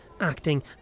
acting